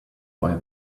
why